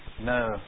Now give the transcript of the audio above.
No